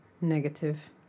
Negative